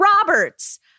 Roberts